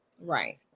Right